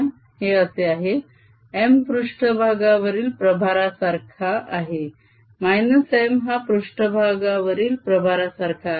हे असे आहे M पृष्ट्भागावरील प्रभारासारखा आहे M हा पृष्ट्भागावरील प्रभारासारखा आहे